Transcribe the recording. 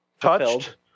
touched